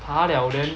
爬了 then